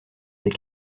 des